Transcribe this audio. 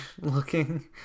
looking